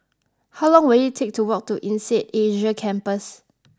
how long will it take to walk to Insead Asia Campus